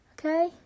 Okay